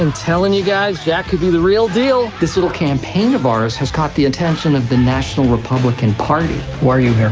and telling you guys, jack could be the real deal. this little campaign of ours has caught the attention of the national republican party. why are you here?